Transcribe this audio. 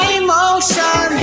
emotion